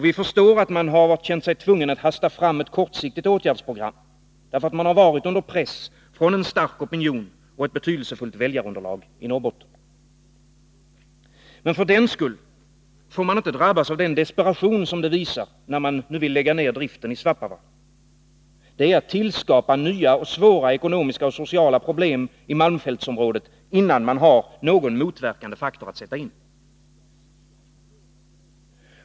Vi förstår att man känt sig tvungen att hasta fram ett kortsiktigt åtgärdsprogram för att man varit under press från en stark opinion och ett betydelsefullt väljarunderlag i Norrbotten. Men för den skull får man inte drabbas av den desperation som det visar, när man vill lägga ner driften i Svappavaara. Det är att tillskapa nya svåra ekonomiska och sociala problem i malmfältsområdet, innan man har någon motverkande faktor att sätta in.